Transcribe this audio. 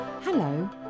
Hello